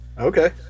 Okay